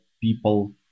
people